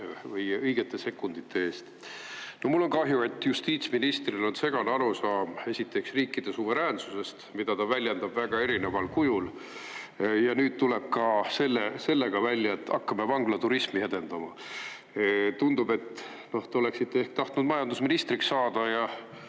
või õigete sekundite eest! Mul on kahju, et justiitsministril on segane arusaam riikide suveräänsusest, mida ta väljendab väga erineval kujul. Ja nüüd tuleb ta ka sellega välja, et hakkame vanglaturismi edendama. Tundub, et te oleksite ehk tahtnud majandusministriks saada, ja